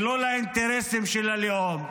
ולא לאינטרסים של הלאום,